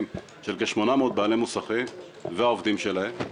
של כ-800 בעלי מוסכים והעובדים שלהם.